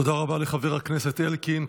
תודה רבה לחבר הכנסת אלקין.